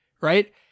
Right